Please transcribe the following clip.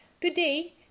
Today